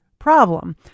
problem